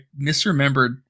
misremembered